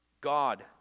God